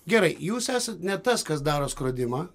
gerai jūs esat ne tas kas daro skrodimą